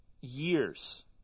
years